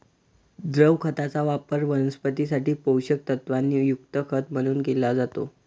द्रव खताचा वापर वनस्पतीं साठी पोषक तत्वांनी युक्त खत म्हणून केला जातो